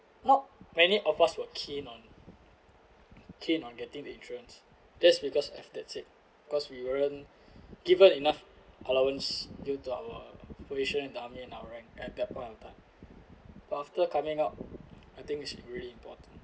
not many of us were keen on keen on getting insurance that's because at that's it cause we weren't given enough allowance due to our situation in the army and our rank at that point of time but after coming out I think it's really important